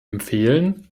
empfehlen